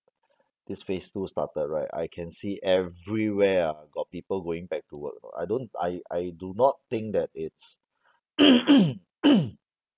this phase two started right I can see everywhere ah got people going back to work know I don't I I do not think that it's